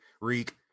Reek